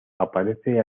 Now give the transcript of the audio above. aparece